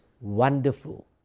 wonderful